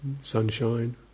sunshine